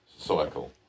cycle